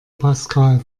pascal